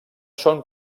són